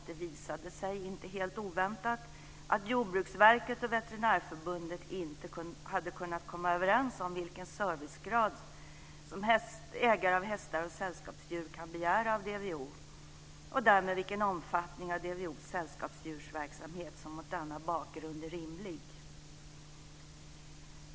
Det visade sig, inte helt oväntat, att Jordbruksverket och Veterinärförbundet inte hade kunnat komma överens om vilken servicegrad ägare av hästar och sällskapsdjur kan begära av DVO och därmed om vilken omfattning av DVO:s sällskapsdjursverksamhet som mot denna bakgrund är rimlig.